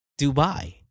Dubai